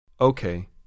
Okay